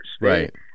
Right